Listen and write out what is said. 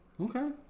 Okay